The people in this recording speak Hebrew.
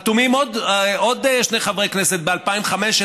היו חתומים עוד שני חברי כנסת ב-2015: